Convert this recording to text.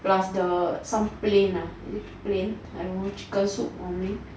plus the some plain nah is it plain I don't know chicken soup or something